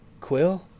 Quill